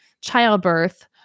childbirth